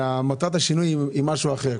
ומטרת השינוי היא משהו אחר.